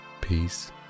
peace